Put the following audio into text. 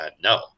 no